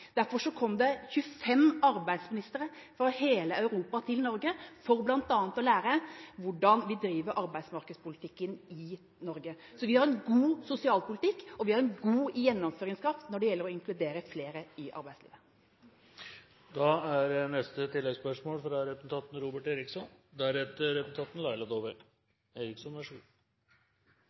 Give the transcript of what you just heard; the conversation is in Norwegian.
Derfor kom det 25 arbeidsministre fra hele Europa til Norge for bl.a. å lære hvordan vi driver arbeidsmarkedspolitikken i Norge. Det er ikke det spørsmålet handler om. Vi har en god sosialpolitikk, og vi har en god gjennomføringskraft når det gjelder å inkludere flere i arbeid. Når jeg hører på statsrådens svar, er det